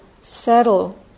settle